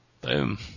Boom